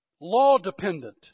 law-dependent